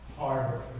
Harder